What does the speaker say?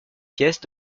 pièces